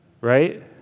right